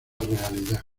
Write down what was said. realidad